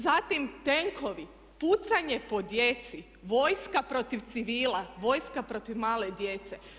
Zatim tenkovi, pucanje po djeci, vojska protiv civila, vojska protiv male djece.